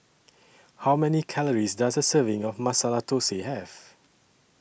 How Many Calories Does A Serving of Masala Thosai Have